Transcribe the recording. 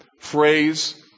phrase